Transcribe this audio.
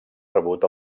rebut